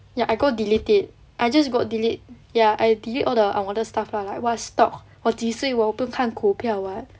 ya I go delete it I just go delete ya I delete all the unwanted stuff lah like what stock 我几岁我不看股票 [what]